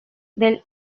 del